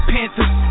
Panthers